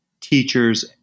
teachers